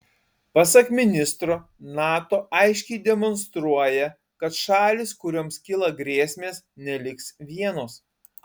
pasak ministro nato aiškiai demonstruoja kad šalys kurioms kyla grėsmės neliks vienos